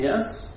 Yes